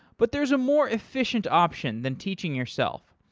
but there is a more efficient option than teaching yourself.